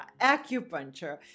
acupuncture